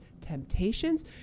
temptations